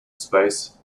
space